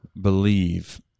believe